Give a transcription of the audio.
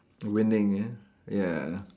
winning ya ya